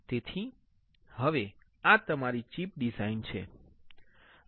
તેથી હવે આ તમારી ચિપ ડિઝાઇન છે